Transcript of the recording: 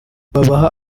babaha